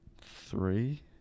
three